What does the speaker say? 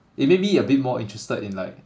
it made me a bit more interested in like